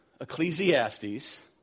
Ecclesiastes